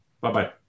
Bye-bye